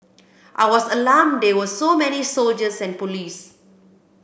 I was alarmed there were so many soldiers and police